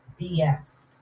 BS